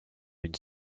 une